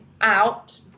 out